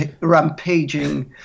rampaging